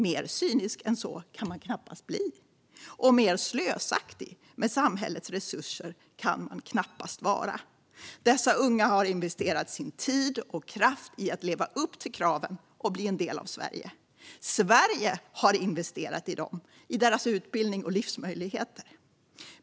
Mer cynisk än så kan man knappast bli. Och mer slösaktig med samhällets resurser kan man knappast vara. Dessa unga har investerat sin tid och kraft i att leva upp till kraven och bli en del av Sverige. Sverige har investerat i dem, deras utbildning och livsmöjligheter.